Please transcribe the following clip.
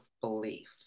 belief